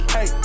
Hey